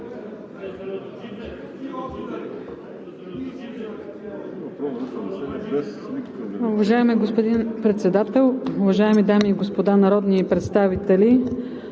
Уважаеми господин Председател, уважаеми дами и господа народни представители!